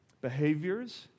behaviors